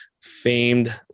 famed